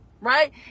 right